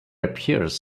appears